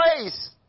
place